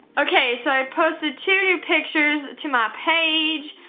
okay so i posted two new pictures to my page,